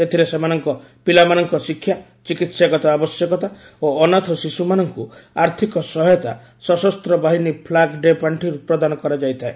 ଏଥିରେ ସେମାନଙ୍କ ପିଲାମାନଙ୍କ ଶିକ୍ଷା ଚିକିହାଗତ ଆବଶ୍ୟକତା ଓ ଅନାଥ ଶିଶ୍ରମାନଙ୍କ ଆର୍ଥିକ ସହାୟତା ସଶସ୍ତ୍ର ବାହିନୀ ଫ୍ଲାଗ୍ ଡେ ପାଷ୍ଠିରୁ ପ୍ରଦାନ କରାଯାଇଥାଏ